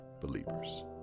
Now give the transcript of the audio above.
believers